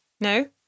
no